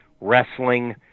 wrestling